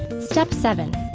step seven.